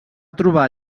trobar